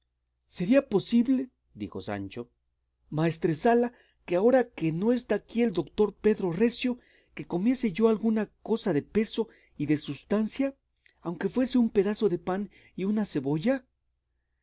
sería posible dijo sancho maestresala que agora que no está aquí el doctor pedro recio que comiese yo alguna cosa de peso y de sustancia aunque fuese un pedazo de pan y una cebolla